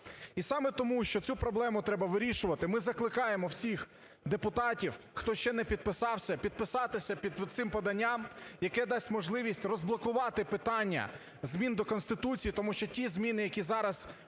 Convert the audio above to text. І саме тому що цю проблему треба вирішувати, ми закликаємо всіх депутатів, хто ще не підписався, підписатися під цим поданням, яке дасть можливість розблокувати питання змін до Конституції, тому що ті зміни, які зараз